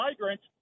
migrants